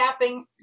tapping